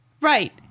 Right